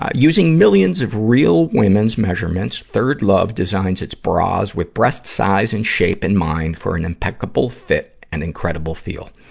ah using millions of real women's measurements, third love designs its bras with breast size and shape in mind for an impeccable fit and incredible feel.